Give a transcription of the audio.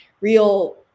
real